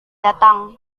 datang